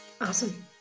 Awesome